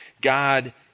God